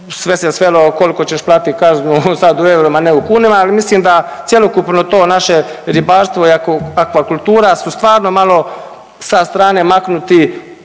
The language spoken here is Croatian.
sve se svelo koliko ćeš platiti kaznu sad u eurima, ne u kunama. Ali mislim da cjelokupno to naše ribarstvo i aquakultura su stvarno malo sa strane maknuti.